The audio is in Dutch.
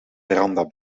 veranda